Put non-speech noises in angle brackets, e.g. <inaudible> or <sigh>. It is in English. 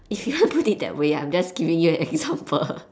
if you <laughs> want to put it that <laughs> way I'm just giving <laughs> you an example <laughs>